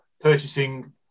purchasing